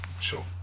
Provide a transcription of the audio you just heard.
sure